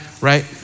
right